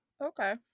Okay